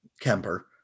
Kemper